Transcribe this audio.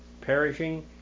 perishing